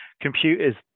Computers